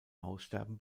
aussterben